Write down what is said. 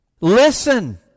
listen